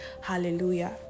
hallelujah